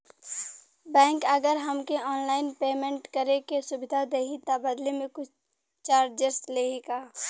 Bank अगर हमके online payment करे के सुविधा देही त बदले में कुछ चार्जेस लेही का?